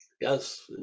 Yes